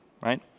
right